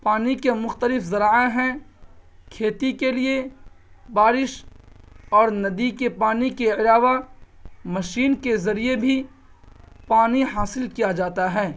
پانی کے مختلف ذرائع ہیں کھیتی کے لیے بارش اور ندی کے پانی کے علاوہ مشین کے ذریعے بھی پانی حاصل کیا جاتا ہے